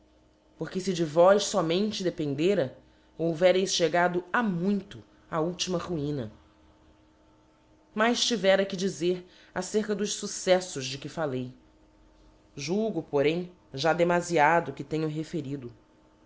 porque fe de vós fomente dependera houvéreis chegado ha muito á ultima mina mais tivera que dizer acerca dos fucceflbs de que fallei julgo porém já demafiado o que tenho referido